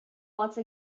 once